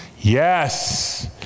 Yes